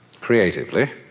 creatively